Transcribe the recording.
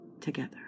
together